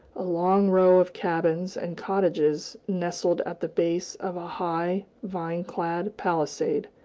a long row of cabins and cottages nestled at the base of a high, vine-clad palisade,